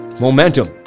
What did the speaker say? momentum